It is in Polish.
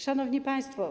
Szanowni Państwo!